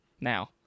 now